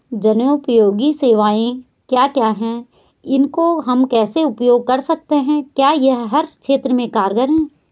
जनोपयोगी सेवाएं क्या क्या हैं इसको हम कैसे उपयोग कर सकते हैं क्या यह हर क्षेत्र में कारगर है?